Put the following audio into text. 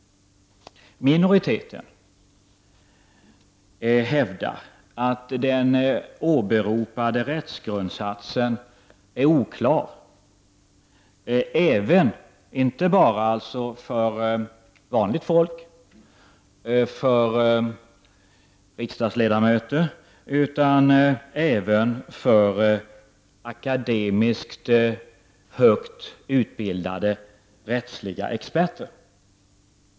Minoriteten hävdar att den åberopade rättsgrundsatsen är oklar, inte bara för vanligt folk och riksdagsledamöter utan även för akademiskt högt utbildade rättsliga experter.